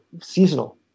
seasonal